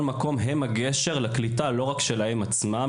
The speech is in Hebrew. מקום הם הגשר לקליטה; לא רק שלהם עצמם,